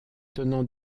tenants